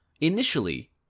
initially